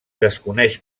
desconeix